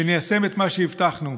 וניישם את מה שהבטחנו: